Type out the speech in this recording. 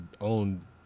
own